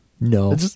No